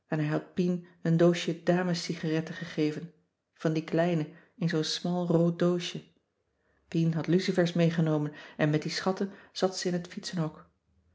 had pien een doosje damescigaretten gegeven van die kleine in zoo'n smal rood doosje pien had lucifers meegenomen en met die schatten zat ze in het fietsenhok